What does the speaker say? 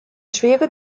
schwere